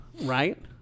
right